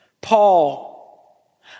Paul